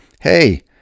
hey